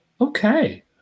okay